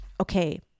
okay